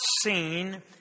seen